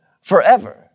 forever